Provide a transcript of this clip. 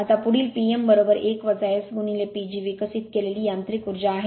आता पुढील P m1 S PG विकसित केलेली यांत्रिक उर्जा आहे